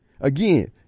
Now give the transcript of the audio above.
Again